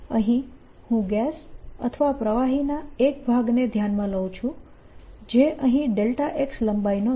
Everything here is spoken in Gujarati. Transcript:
અહીં હું ગેસ અથવા પ્રવાહીના એક ભાગને ધ્યાનમાં લઉં છું જે અહીં x લંબાઈનો છે